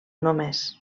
només